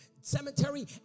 cemetery